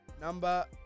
number